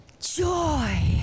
joy